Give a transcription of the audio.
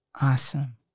Awesome